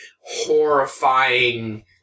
horrifying